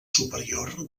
superior